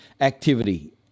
activity